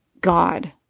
God